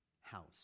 house